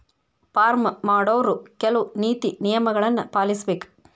farm ಮಾಡೊವ್ರು ಕೆಲ್ವ ನೇತಿ ನಿಯಮಗಳನ್ನು ಪಾಲಿಸಬೇಕ